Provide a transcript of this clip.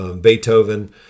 Beethoven